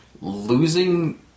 losing